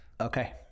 okay